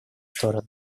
стороны